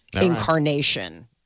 incarnation